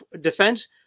defense